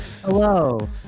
Hello